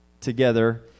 together